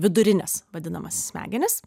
vidurines vadinamas smegenis